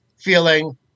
Feeling